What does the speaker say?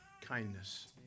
kindness